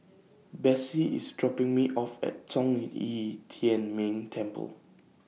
Bessie IS dropping Me off At Zhong Yi Yi Tian Ming Temple